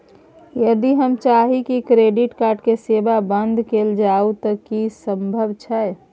यदि हम चाही की क्रेडिट कार्ड के सेवा बंद कैल जाऊ त की इ संभव छै?